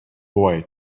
boy